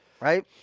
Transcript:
right